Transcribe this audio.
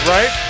Right